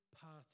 party